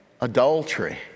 adultery